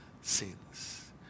sins